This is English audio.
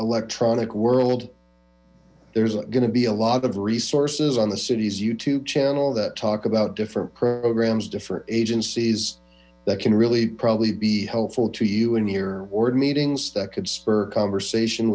electronic world there's gonna be a lot of resources on the city's youtube channel that talk about different programs different agencies that can really probably be helpful to you in your ward meetings that could spur conversation